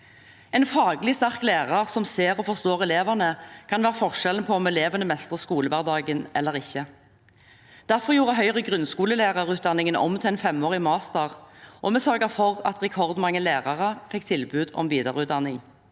En faglig sterk lærer som ser og forstår elevene, kan være forskjellen på om elevene mestrer skolehverdagen eller ikke. Derfor gjorde Høyre grunnskolelærerutdanningen om til en femårig master, og vi sørget for at rekordmange lærere fikk tilbud om videreutdanning.